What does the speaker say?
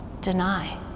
deny